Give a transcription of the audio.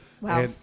Wow